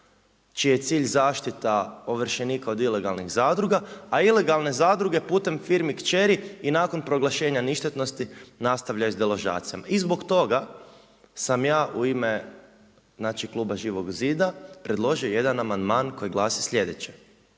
čiji je cilj zaštita ovršenika od ilegalnih zadruga, a ilegalne zadruge putem firmi kćeri i nakon proglašenja ništetnosti nastavljaju s deložacijama. I zbog toga sam ja u ime kluba Živog zida predložio jedan amandman koji glasi sljedeće,